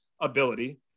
ability